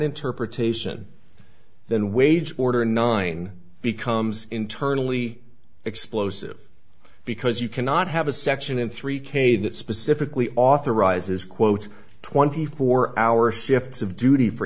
interpretation then wage order nine becomes internally explosive because you cannot have a section in three k that specifically authorizes quote twenty four hour shifts of duty for